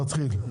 תתחיל.